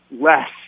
less